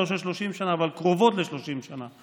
לא של 30 שנה אבל קרובות ל-30 שנה.